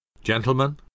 Gentlemen